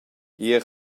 ier